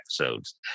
episodes